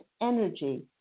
energy